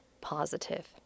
positive